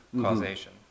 causation